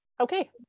okay